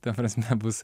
ta prasme bus